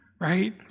right